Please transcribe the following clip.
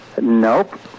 Nope